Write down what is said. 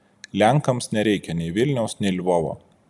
lenkams nereikia nei vilniaus nei lvovo